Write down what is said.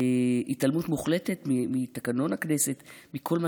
התעלמות מוחלטת מתקנון הכנסת ומכל מה